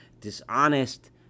dishonest